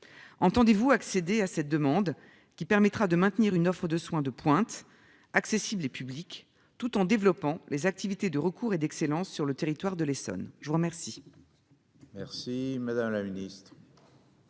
Entendez-vous accéder à cette demande qui permettra de maintenir une offre de soins de pointe accessible et public tout en développant les activités de recours et d'excellence sur le territoire de l'Essonne. Je vous remercie.